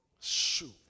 Shoot